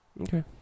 Okay